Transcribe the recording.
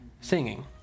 singing